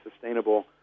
sustainable